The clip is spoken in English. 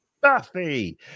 buffy